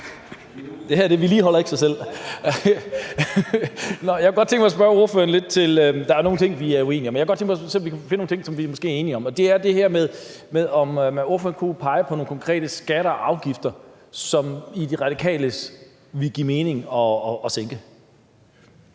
Det er fuldt forståeligt; jeg er et lille fnug! Jeg kunne godt tænke mig at spørge ordføreren lidt til noget. Der er jo nogle ting, vi er uenige om, og jeg kunne godt tænke mig at se, om vi kunne finde nogle ting, som vi måske er enige om, og det er det her med, om ordføreren kunne pege på nogle konkrete skatter og afgifter, som det i De Radikales optik ville give mening at sænke.